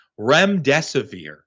remdesivir